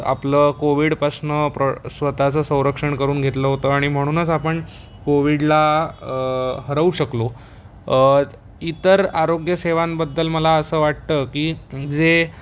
आपलं कोविडपासनं प्रो स्वत चं संरक्षण करून घेतलं होतं आणि म्हणूनच आपण कोविडला हरवू शकलो इतर आरोग्यसेवांबद्दल मला असं वाटतं की जे